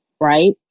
right